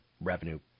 revenue